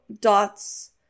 dots